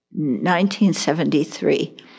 1973